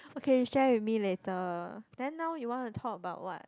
okay you share with me later then now you want to talk about what